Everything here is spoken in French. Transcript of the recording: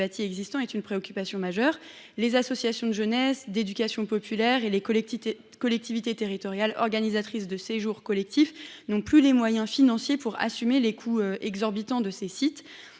suscitent de graves préoccupations. Les associations de jeunesse, d’éducation populaire et les collectivités territoriales organisatrices de séjours collectifs n’ont plus les moyens financiers d’assumer les coûts exorbitants de ces sites.